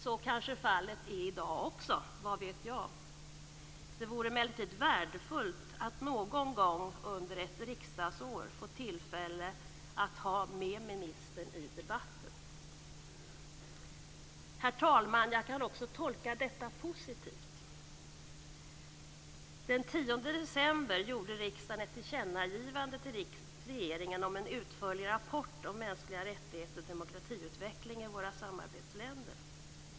Så är kanske fallet också i dag - vad vet jag? Det vore emellertid värdefullt att någon gång under ett riksdagsår få tillfälle att ha med ministern i debatten. Herr talman! Jag kan också tolka detta positivt. Den 10 december gjorde riksdagen ett tillkännagivande till regeringen om en utförlig rapport om mänskliga rättigheter och demokratiutveckling i våra samarbetsländer.